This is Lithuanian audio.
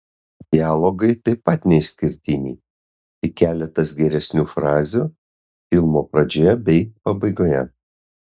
dialogai taip pat neišskirtiniai tik keletas geresnių frazių filmo pradžioje bei pabaigoje